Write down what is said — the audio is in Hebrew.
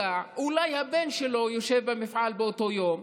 לכך שאולי הבן שלו יושב במפעל אותו יום,